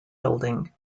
building